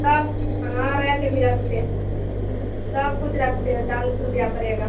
सब हाँ रैत भी रखते हैं सब कुछ रखते हैं चालीस रुपया पड़ेगा